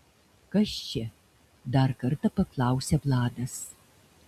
kas čia dar kartą paklausia vladas